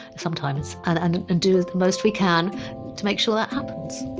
sometimes, and and and do the most we can to make sure that happens